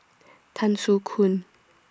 Tan Soo Khoon